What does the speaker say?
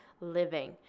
living